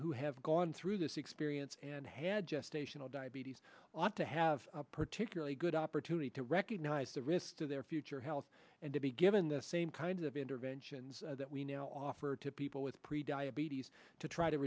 who have gone through this experience and had gestational diabetes ought to have particularly good opportunity to recognize the risk to their future health and to be given the same kinds of interventions that we now offer to people with pre diabetes to try to